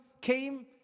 came